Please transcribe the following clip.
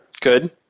Good